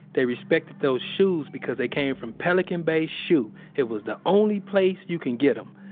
they respected those shoes because they came from pelican bay shu. it was the only place you can get them.